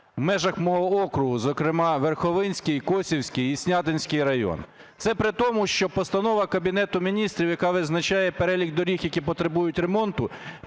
в межах мого округу, зокрема, Верховинський, Косівський і Снятинський райони. Це при тому, що постанова Кабінету Міністрів, яка визначає перелік доріг, які потребують ремонту,